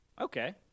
Okay